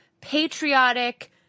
patriotic